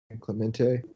Clemente